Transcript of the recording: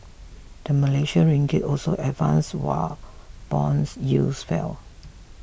the Malaysian Ringgit also advanced while bonds yields fell